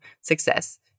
success